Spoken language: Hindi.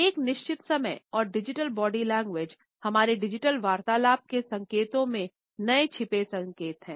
एक निश्चित समय और डिजिटल बॉडी लैंग्वेज हमारे डिजिटल वार्तालाप के संकेतों में नए छिपे संकेत हैं